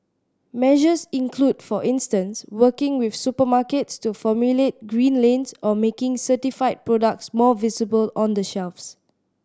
measures include for instance working with supermarkets to formulate green lanes or making certified products more visible on the shelves